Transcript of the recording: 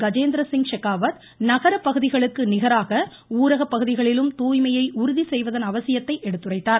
கஜேந்திரசிங் ஷெகாவத் நகர பகுதிகளுக்கு நிகராக ஊரகப் பகுதிகளிலும் உறுதிசெய்வதன் அவசியத்தை தூய்மையை எடுத்துரைத்தார்